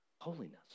Holiness